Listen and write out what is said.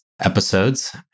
episodes